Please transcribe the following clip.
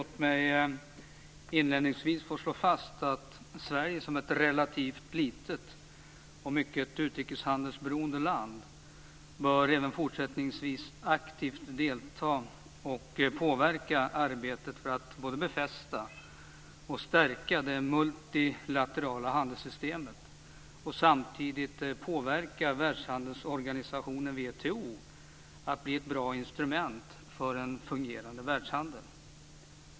Låt mig inledningsvis slå fast att Sverige som ett relativt litet och mycket utrikeshandelsberoende land även fortsättningsvis bör aktivt delta i och påverka arbetet för att både befästa och stärka det multilaterala handelssystemet och samtidigt påverka världshandelsorganisationen WTO att bli ett bra instrument för en fungerande världshandel.